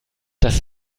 das